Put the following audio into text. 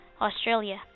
Australia